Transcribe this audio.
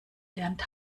lernt